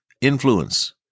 influence